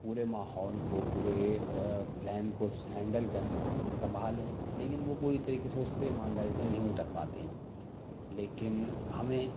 پورے ماحول کو پورے پلان کو ہینڈل کریں سنبھالیں لیکن وہ پوری طریقے سے اس پہ ایمانداری سے نہیں اتر پاتے ہیں لیکن ہمیں